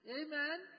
amen